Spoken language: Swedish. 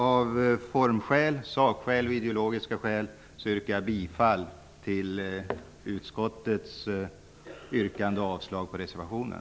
Av formskäl, sakskäl och ideologiska skäl yrkar jag bifall till utskottets yrkande och avslag på reservationen.